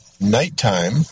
nighttime